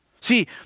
See